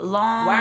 long